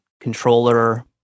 Controller